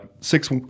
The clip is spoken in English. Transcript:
six